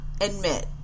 admit